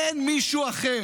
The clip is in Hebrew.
אתה מפלג, אין מישהו אחר.